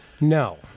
No